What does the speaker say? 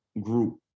group